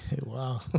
Wow